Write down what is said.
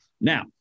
now